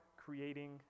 creating